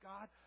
God